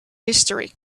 mystery